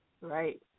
Right